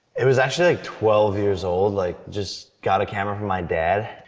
it was actually like twelve years old, like just got a camera from my dad.